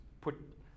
put